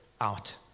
out